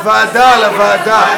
לוועדה, לוועדה.